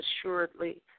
assuredly